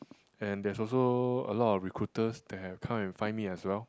and there's also a lot of recruiters that have come and find me as well